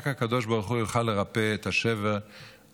רק הקדוש ברוך הוא יוכל לרפא את השבר הנפשי,